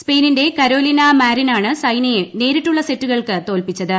സ്പെയിനിന്റെ കരോലിന മാരിനാണ് സൈനയെ നേരിട്ടുള്ള സെറ്റുകൾക്ക് തോൽപ്പിച്ചത്